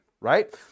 right